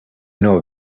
know